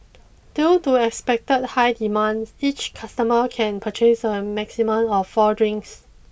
due to expected high demand each customer can purchase a maximum of four drinks